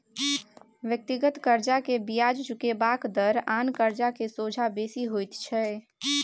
व्यक्तिगत कर्जा के बियाज चुकेबाक दर आन कर्जा के सोंझा बेसी होइत छै